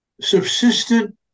subsistent